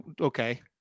Okay